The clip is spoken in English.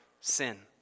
sin